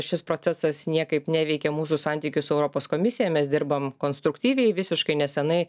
šis procesas niekaip neveikia mūsų santykių su europos komisija mes dirbam konstruktyviai visiškai nesenai